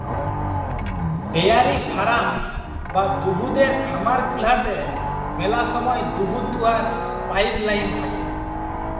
dairy farm বা দুহুদের খামার গুলাতে ম্যালা সময় দুহুদ দুয়াবার পাইপ লাইল থ্যাকে